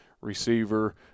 receiver